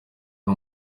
ari